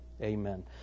amen